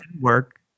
work